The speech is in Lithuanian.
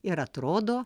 ir atrodo